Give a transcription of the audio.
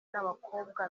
n’abakobwa